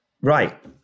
Right